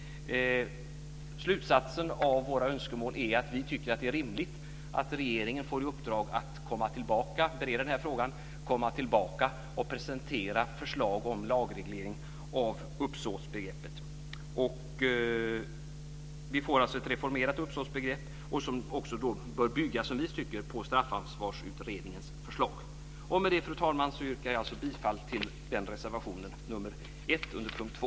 Slutsatsen av våra önskemål är att vi tycker att det är rimligt att regeringen får i uppdrag att bereda denna fråga och komma tillbaka och presentera förslag om lagreglering av uppsåtsbegreppet. Vi får alltså ett reformerat uppsåtsbegrepp som vi tycker bör bygga på Straffansvarsutredningens förslag. Med det, fru talman, yrkar jag bifall till reservation 1 under punkt 2.